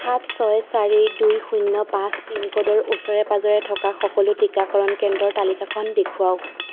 সাত ছয় চাৰি দুই শূন্য পাঁচ পিনক'ডৰ ওচৰে পাঁজৰে থকা সকলো টীকাকৰণ কেন্দ্ৰৰ তালিকাখন দেখুৱাওক